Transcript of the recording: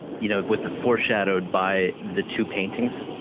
you know with the foreshadowed by the two paintings